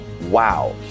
wow